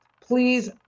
Please